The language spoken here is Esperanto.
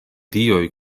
dioj